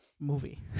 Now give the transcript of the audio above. movie